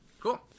Cool